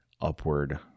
upward